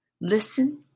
Listen